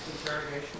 interrogation